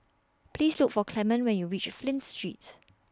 Please Look For Clement when YOU REACH Flint Street